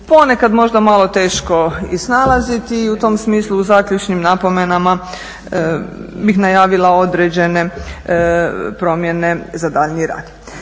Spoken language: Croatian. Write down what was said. ponekad možda malo teško i snalaziti i u tom smislu u zaključnim napomenama bih najavila određene promjene za daljnji rad.